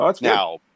Now